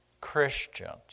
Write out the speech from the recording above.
Christians